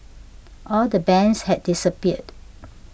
all the bands had disappeared